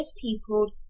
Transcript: people